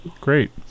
Great